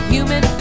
Human